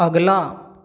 अगला